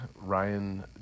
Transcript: Ryan